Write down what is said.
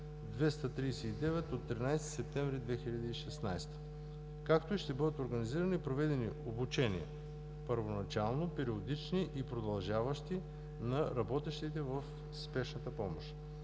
239 от 13 септември 2016 г., както и ще бъдат организирани и проведени обучения – първоначални, периодични и продължаващи, на работещите в спешната помощ.